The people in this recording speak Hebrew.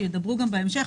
שידברו בהמשך,